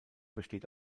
besteht